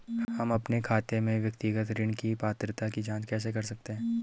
हम अपने खाते में व्यक्तिगत ऋण की पात्रता की जांच कैसे कर सकते हैं?